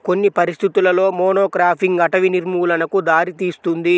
కొన్ని పరిస్థితులలో మోనోక్రాపింగ్ అటవీ నిర్మూలనకు దారితీస్తుంది